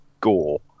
gore